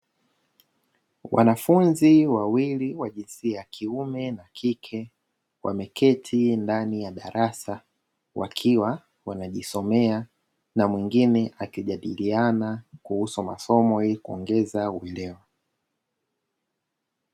Wanafunzi wawili wa jinsia ya kiume na kike wameketi ndani ya darasa wakiwa wanajisomea na mwingine akijadiliana kuhusu masomo ili kuongeza uelewa.